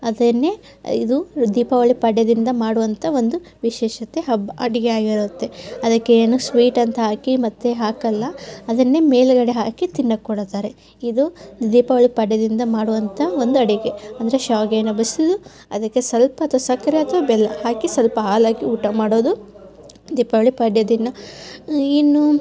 ಅದನ್ನೇ ಇದು ದೀಪಾವಳಿ ಪಾಡ್ಯದಿಂದ ಮಾಡುವಂಥ ಒಂದು ವಿಶೇಷತೆ ಹಬ್ಬ ಅಡುಗೆ ಆಗಿರುತ್ತೆ ಅದಕ್ಕೆ ಏನು ಸ್ವೀಟ್ ಅಂತ ಹಾಕಿ ಮತ್ತೆ ಹಾಕೋಲ್ಲ ಅದನ್ನೇ ಮೇಲುಗಡೆ ಹಾಕಿ ತಿನ್ನೋಕೆ ಕೊಡುತ್ತಾರೆ ಇದು ದೀಪಾವಳಿ ಪಾಡ್ಯದಿಂದ ಮಾಡುವಂಥ ಒಂದು ಅಡುಗೆ ಅಂದರೆ ಶಾವಿಗೇನ ಬಸಿದು ಅದಕ್ಕೆ ಸ್ವಲ್ಪ ಅಥ್ವಾ ಸಕ್ಕರೆ ಅಥ್ವಾ ಬೆಲ್ಲ ಹಾಕಿ ಸ್ವಲ್ಪ ಹಾಲು ಹಾಕಿ ಊಟ ಮಾಡೋದು ದೀಪಾವಳಿ ಪಾಡ್ಯ ದಿನ ಇನ್ನು